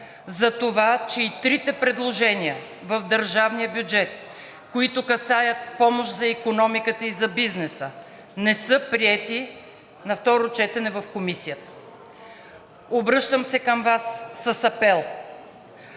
за това, че и трите предложения в държавния бюджет, които касаят помощ за икономиката и за бизнеса, не са приети на второ четене в Комисията. Обръщам се към Вас с апел